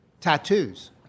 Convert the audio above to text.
tattoos